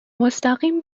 مستقیم